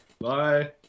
Bye